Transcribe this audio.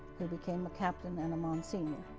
who became a captain and a monsignor.